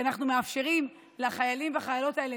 כי אנחנו מאפשרים לחיילים והחיילות האלה,